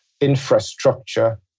infrastructure